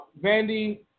Vandy